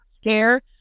scare